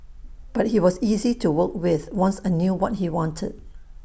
but he was easy to work with once I knew what he wanted